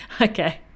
Okay